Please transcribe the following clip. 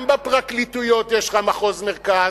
גם בפרקליטויות יש לך מחוז מרכז,